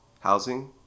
housing